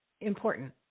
important